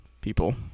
people